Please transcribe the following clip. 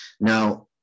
Now